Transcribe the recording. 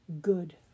good